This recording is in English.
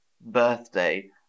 birthday